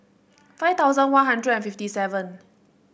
five thousand One Hundred and fifty seven